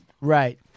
right